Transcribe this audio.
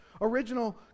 original